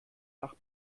nach